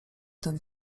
ten